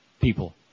People